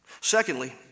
Secondly